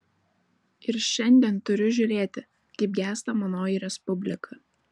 ir šiandien turiu žiūrėti kaip gęsta manoji respublika